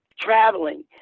traveling